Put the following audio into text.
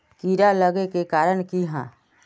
कीड़ा लागे के कारण की हाँ?